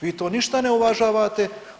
Vi to ništa ne uvažavate.